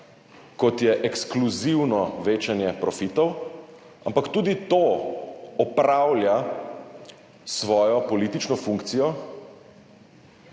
kot je ekskluzivno večanje profitov, ampak tudi to opravlja svojo politično funkcijo